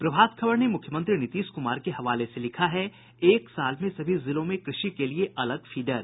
प्रभात खबर ने मुख्यमंत्री नीतीश कुमार के हवाले से लिखा है एक साल में सभी जिलों में कृषि के लिए अलग फीडर